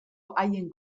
haien